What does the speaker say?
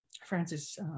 Francis